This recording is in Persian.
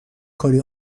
کاری